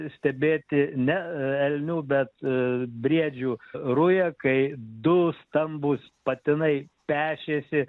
stebėti ne elnių bet briedžių rują kai du stambūs patinai pešėsi